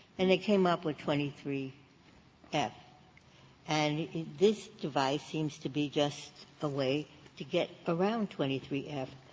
and it came up with twenty three f and this device seems to be just a way to get around twenty three f.